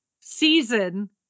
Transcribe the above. season